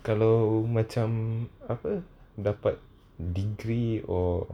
kalau macam dapat degree or